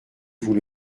vous